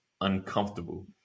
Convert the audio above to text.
uncomfortable